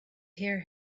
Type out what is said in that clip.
hear